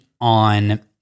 on